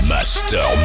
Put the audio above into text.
Master